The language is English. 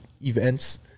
events